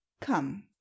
come